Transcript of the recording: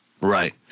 Right